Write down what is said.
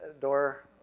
door